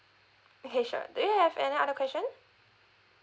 okay sure do you have any other question